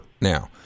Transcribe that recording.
now